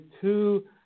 two